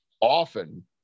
often